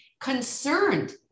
concerned